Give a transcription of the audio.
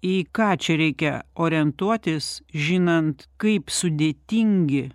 į ką čia reikia orientuotis žinant kaip sudėtingi